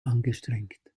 angestrengt